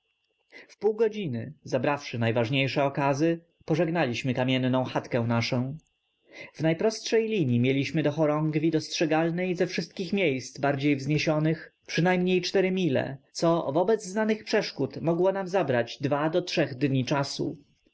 w drodze w pół godziny zabrawszy najważniejsze okazy pożegnaliśmy kamienną chatkę naszę w najprostszej linii mieliśmy do chorągwi dostrzegalnej ze wszystkich miejsc bardziej wzniesionych przynajmniej cztery mile co wobec znanych przeszkód mogło nam zaorać dwa do trzech dni czasu